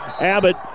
Abbott